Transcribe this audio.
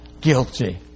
guilty